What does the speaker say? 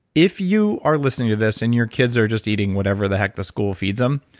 if you are listening to this and your kids are just eating whatever the heck the school feeds them,